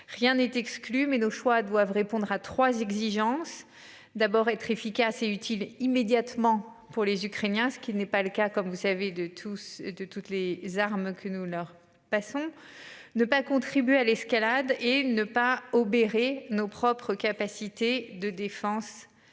Rien n'est exclu mais nos choix doivent répondre à 3 exigences d'abord être efficace et utile immédiatement pour les Ukrainiens, ce qui n'est pas le cas comme vous savez de tous, de toutes les armes que nous leur passons. Ne pas contribuer à l'escalade et ne pas obérer nos propres capacités de défense